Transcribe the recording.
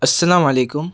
السلام علیکم